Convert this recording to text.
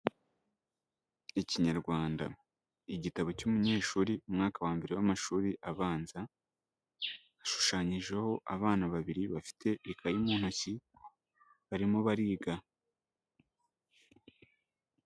Ikinyarwanda igitabo cy'umunyeshuri umwaka wa mbere w'amashuri abanza, hashushanyijeho abana babiri bafite ikayi mu ntoki barimo bariga.